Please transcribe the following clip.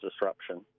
disruption